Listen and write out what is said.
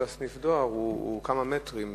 כל סניף הדואר הוא כמה מטרים,